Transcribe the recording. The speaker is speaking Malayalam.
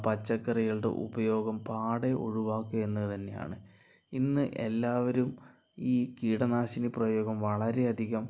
പച്ചക്കറികളുടെ ഉപയോഗം പാടെ ഒഴിവാക്കുക എന്ന് തന്നെയാണ് ഇന്ന് എല്ലാവരും ഈ കീടനാശിനി പ്രയോഗം വളരെയധികം